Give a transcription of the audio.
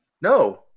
No